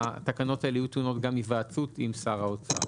התקנות האלה יהיו טעונות גם היוועצות עם שר האוצר.